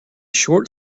short